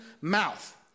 mouth